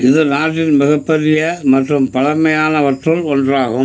இது நாட்டின் மிகப்பெரிய மற்றும் பழமையானவற்றுள் ஒன்றாகும்